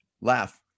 laugh